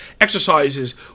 exercises